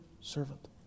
servant